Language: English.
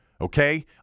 Okay